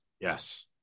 Yes